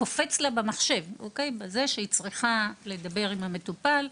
קופצת לה הודעה במחשב שהיא צריכה לדבר עם המטופל,